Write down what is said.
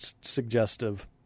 suggestive